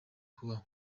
kubaho